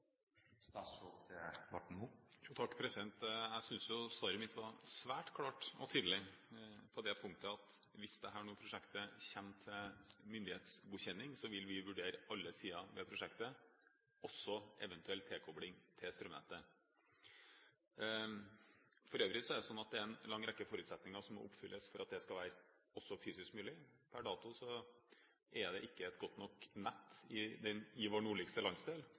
Jeg synes jo svaret mitt var svært klart og tydelig på det punktet at hvis dette prosjektet kommer til myndighetsgodkjenning, vil vi vurdere alle sider ved det, også eventuell tilkobling til strømnettet. For øvrig er det slik at det er en lang rekke forutsetninger som må oppfylles for at det også skal være fysisk mulig. Per dato er det ikke et godt nok nett i vår nordligste landsdel.